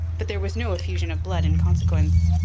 but there was no effusion of blood in consequence.